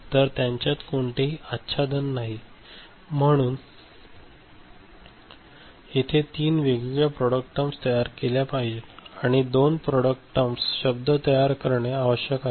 तर त्यांच्यात कोणतेही आच्छादन नाही म्हणून येथे तीन वेगळ्या प्रॉडक्ट टर्म्स तयार केल्या पाहिजेत आणि येथे दोन पप्रॉडक्ट टर्म्स शब्द तयार करणे आवश्यक आहे